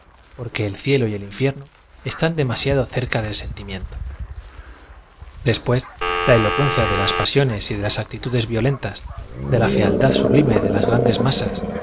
porque el cielo y el infierno están d em ia d o cerca del sentimien to después la elocuencia de las pasiones y de las acti tudes violentas de la fealdad sublime de las grandes masas